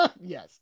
Yes